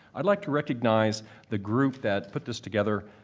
i'd like to recognize the group that put this together,